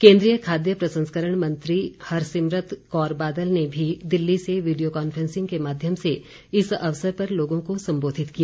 केन्द्रीय खाद्य प्रसंस्करण मंत्री हरसिमरत कौर बादल ने भी दिल्ली से वीडियो कांफ्रेंसिंग के माध्यम से इस अवसर पर लोगों को संबोधित किया